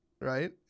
right